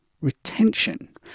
retention